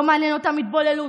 לא מעניין אותם התבוללות,